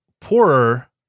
poorer